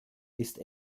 ist